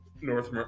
North